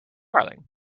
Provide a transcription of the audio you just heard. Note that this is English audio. darling